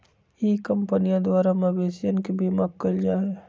ई कंपनीया द्वारा मवेशियन के बीमा कइल जाहई